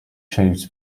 shows